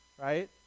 right